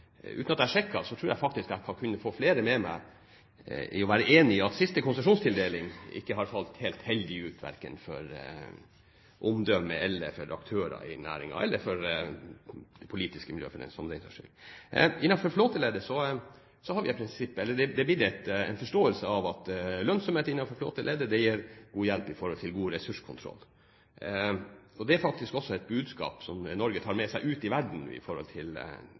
uten at jeg sjekket, tror jeg faktisk jeg skal kunne få flere med meg i å være enig i at siste konsesjonstildeling ikke har falt helt heldig ut, verken for omdømmet, for aktører i næringen eller for det politiske miljøet, for den saks skyld. Det blir gitt en forståelse av at lønnsomhet innenfor flåteleddet gir god hjelp når det gjelder ressurskontroll. Det er faktisk også et budskap som Norge tar med seg ut i verden – det med å drive god ressurskontroll. Jeg tror jo faktisk at lønnsomhet også har sin misjon når det gjelder å drive en miljømessig god næring. Spørsmålet mitt til